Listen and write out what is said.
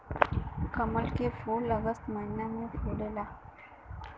कमल के फूल अगस्त महिना में फुलला